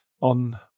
on